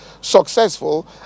successful